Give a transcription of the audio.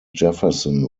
jefferson